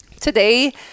today